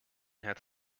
het